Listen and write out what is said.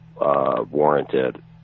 warranted